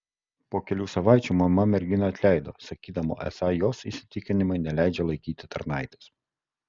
po kelių savaičių mama merginą atleido sakydama esą jos įsitikinimai neleidžią laikyti tarnaitės